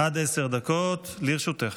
עד עשר דקות לרשותך.